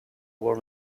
war